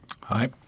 Hi